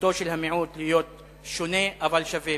זכותו של המיעוט להיות שונה אבל שווה.